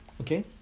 Okay